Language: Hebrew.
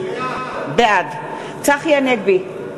בעד צחי הנגבי,